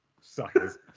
Suckers